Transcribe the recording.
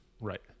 Right